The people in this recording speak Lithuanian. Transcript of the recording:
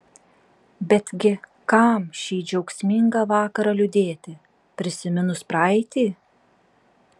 betgi kam šį džiaugsmingą vakarą liūdėti prisiminus praeitį